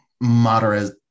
Moderate